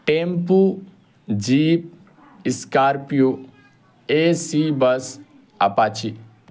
tempo jeep scorpio AC bus apache